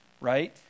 Right